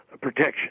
protection